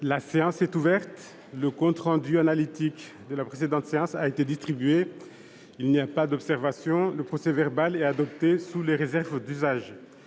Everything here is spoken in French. La séance est ouverte. Le compte rendu analytique de la précédente séance a été distribué. Il n'y a pas d'observation ?... Le procès-verbal est adopté sous les réserves d'usage.